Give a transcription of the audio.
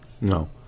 no